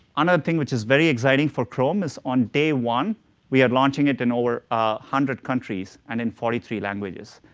another thing which is very exciting for chrome is on day one we are launching it in over one ah hundred countries and in forty three languages,